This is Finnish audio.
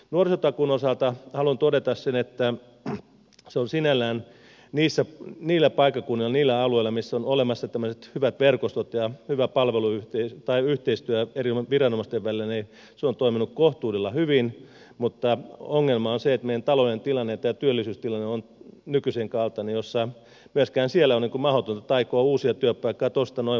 nuorisotakuun osalta haluan todeta sen että se on sinällään niillä paikkakunnilla niillä alueilla missä on olemassa tämmöiset hyvät verkostot ja hyvä yhteistyö eri viranomaisten välillä toiminut kohtuudella hyvin mutta ongelma on se että meidän taloudellinen tilanne ja tämä työllisyystilanne on nykyisenkaltainen että myös siellä on mahdotonta taikoa uusia työpaikkoja tuosta noin vain